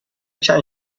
چند